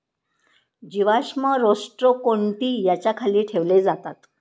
जीवाश्म रोस्ट्रोकोन्टि याच्या खाली ठेवले जातात